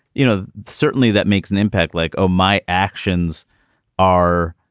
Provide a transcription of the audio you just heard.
you know, certainly that makes an impact like, oh, my actions are